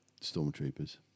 stormtroopers